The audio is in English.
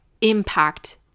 impact